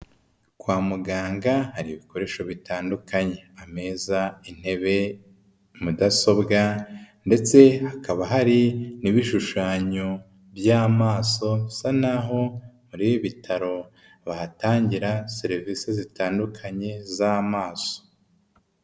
Kwa muganga hari ibikoresho bitandukanye: ameza, intebe, mudasobwa ndetse hakaba hari n'ibishushanyo by'amaso, bisa n'aho muri ibi bitaro bahatangira serivisi zitandukanye z'amaso.